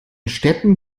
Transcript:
städten